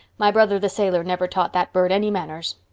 my brother the sailor never taught that bird any manners.